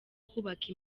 kubaka